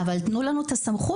אבל תנו לנו את הסמכות.